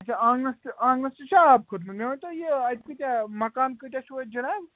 اچھا آنٛگنَس تہِ آنٛگنَس تہِ چھا آب کھوٚتمُت مےٚ ؤنۍ تو یہِ اَتہِ کۭتیٛاہ مَکان کۭتیٛاہ چھُو اَتہِ جِناب